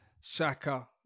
shaka